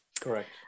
correct